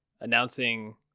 announcing